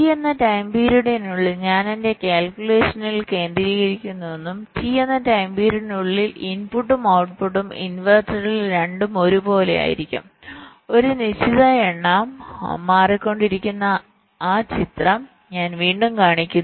T എന്ന time പീരീഡിനുള്ളിൽ ഞാൻ എന്റെ കാല്കുലേഷനിൽ കേന്ദ്രീകരിക്കുന്നുവെന്നും T എന്ന ടൈം പീരീഡിനുള്ളിൽ ഇൻപുട്ടും ഔട്ട്പുട്ടും ഇൻവെർട്ടറിൽ രണ്ടും ഒരുപോലെയായിരിക്കും ഒരു നിശ്ചിത എണ്ണം മാറിക്കൊണ്ടിരിക്കുന്ന ആ ചിത്രം ഞാൻ വീണ്ടും കാണിക്കുന്നു